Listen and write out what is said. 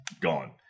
gone